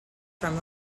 from